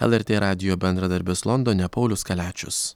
lrt radijo bendradarbis londone paulius kaliačius